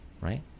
right